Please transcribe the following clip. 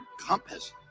compass